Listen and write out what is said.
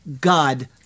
God